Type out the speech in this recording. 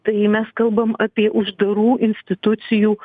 tai mes kalbam apie uždarų institucijų